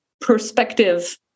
perspective